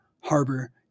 Harbor